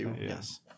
yes